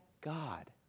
God